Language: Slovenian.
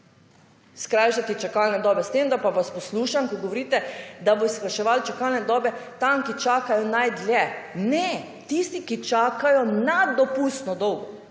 Skrajšati čakalne dobe. S tem, da pa vas poslušam, ko govorite, da boste skrajševali čakalne dobe tam kjer čakajo najdlje. Ne. Tisti, ki čakajo nad dopustno dolgo.